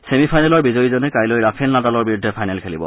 ছেমিফাইনেলৰ বিজয়ীজনে কাইলৈ ৰাফেল নাডালৰ বিৰুদ্ধে ফাইনেল খেলিব